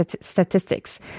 statistics